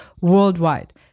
worldwide